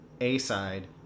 A-side